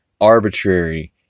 arbitrary